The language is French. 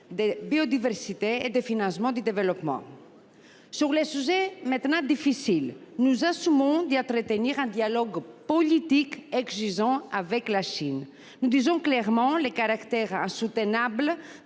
la biodiversité et de financement du développement. Sur les sujets difficiles, nous assumons d’entretenir un dialogue politique exigeant avec la Chine. Nous exprimerons clairement le caractère insoutenable